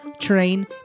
train